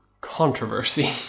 Controversy